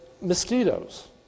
mosquitoes